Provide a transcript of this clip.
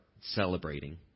celebrating